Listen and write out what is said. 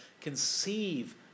conceive